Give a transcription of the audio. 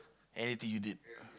anything you did